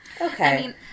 Okay